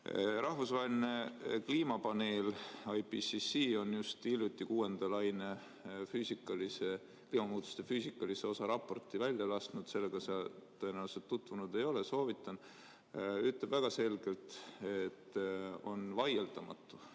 Rahvusvaheline kliimapaneel IPCC on just hiljuti kuuenda laine biomuutuste füüsikalise osa raporti välja lasknud – sellega sa tõenäoliselt tutvunud ei ole, aga soovitan – ja ütleb väga selgelt, et on vaieldamatu,